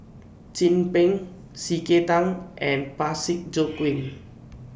Chin Peng C K Tang and Parsick Joaquim